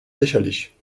lächerlich